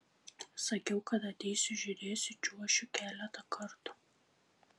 sakiau kad ateisiu žiūrėsiu čiuošiu keletą kartų